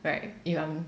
right if I'm